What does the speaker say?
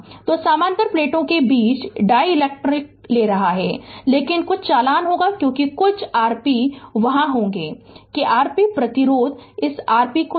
तो समानांतर प्लेटों के बीच डाईइलेक्ट्रिक ले रहा है लेकिन कुछ चालन होगा क्योंकि कुछ Rp वहां होंगे कि Rp प्रतिरोध इस आरपी को ले ले